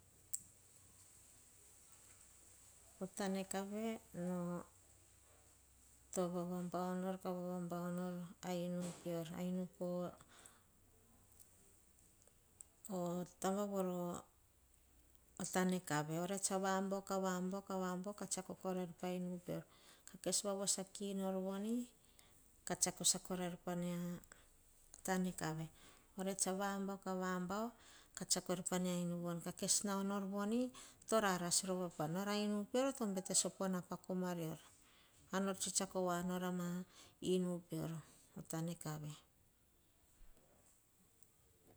Oh tana kave to vavaam bau nor ka vavam bau nor a inu pior a inu po tana kave oria tsa vambau, ka vambau. ka vambau ka tsiako ko rair pa inu pior. Kes wa wasa ki nor voni, ka tsiako sair korai pa mia inu voni ka kes nau voni to ra ras pa nora. A inu pior to bete so po na pa koma rior. Ar tsetsiaka wa nor inu pior tana kave.